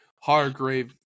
Hargrave